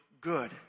good